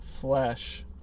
flesh